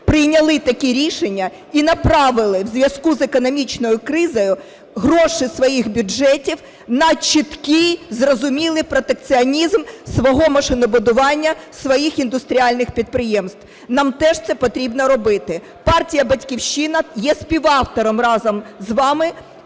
прийняли такі рішення – і направили у зв'язку з економічною кризою гроші своїх бюджетів на чіткий, зрозумілий протекціонізм свого машинобудування, своїх індустріальних підприємств. Нам теж це потрібно робити. Партія "Батьківщина" є співавтором разом з вами